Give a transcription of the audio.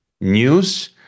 news